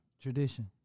Tradition